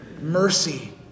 mercy